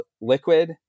liquid